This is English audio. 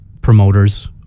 promoters